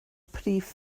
prif